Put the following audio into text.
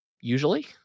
usually